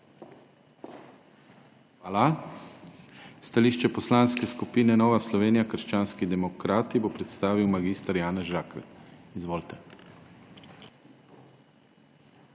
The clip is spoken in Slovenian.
Hvala. Stališče Poslanske skupine Nova Slovenija – krščanski demokrati bo predstavil gospod Jernej Vrtovec. Izvolite.